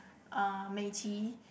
uh Mei-Qi